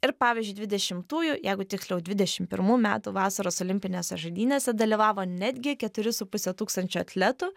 ir pavyzdžiui dvidešimtųjų jeigu tiksliau dvidešim pirmų metų vasaros olimpinėse žaidynėse dalyvavo netgi keturi su puse tūkstančio atletų